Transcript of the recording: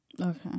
Okay